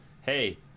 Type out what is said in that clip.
hey